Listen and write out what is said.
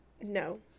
no